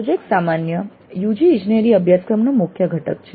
projects સામાન્ય UG ઇજનેરી અભ્યાસક્રમનો મુખ્ય ઘટક છે